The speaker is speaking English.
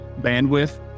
bandwidth